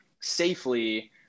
safely